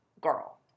Girl